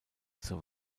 zur